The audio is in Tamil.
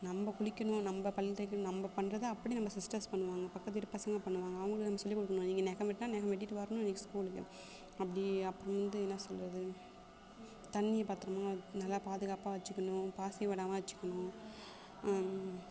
நம்ப குளிக்கணும் நம்ப பல் தேய்க்கணும் நம்ப பண்றதை அப்படி நம்ப சிஸ்டர்ஸ் பண்ணுவாங்க பக்கத்து வீட்டு பசங்க பண்ணுவாங்க அவங்களுக்கு நம்ப சொல்லி கொடுக்கணும் நீங்கள் நகம் வெட்டினா நகம் வெட்டிவிட்டு வரணும் இன்னைக்கு ஸ்கூலுக்கு அப்படி அப்புறம் வந்து என்ன சொல்லுறது தண்ணியை பத்தரமாக வைக் நல்லா பாதுகாப்பாக வச்சுக்கணும் பாசி வராமல் வச்சுக்கணும்